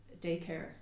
daycare